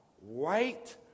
white